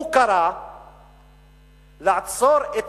הוא קרא לעצור את